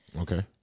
Okay